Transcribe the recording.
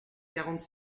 quarante